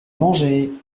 manger